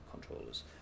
controllers